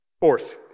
Fourth